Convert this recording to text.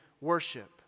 worship